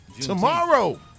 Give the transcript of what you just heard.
tomorrow